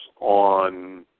on